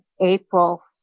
April